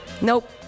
Nope